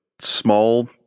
small